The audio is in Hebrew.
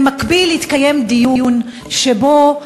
במקביל התקיים דיון שבו,